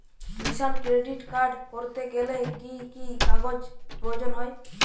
কিষান credit card করতে গেলে কি কি কাগজ প্রয়োজন হয়?